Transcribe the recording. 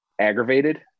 aggravated